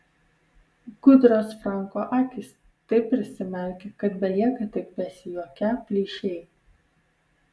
gudrios franko akys taip prisimerkia kad belieka tik besijuokią plyšiai